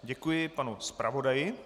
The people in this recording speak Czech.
Děkuji panu zpravodaji.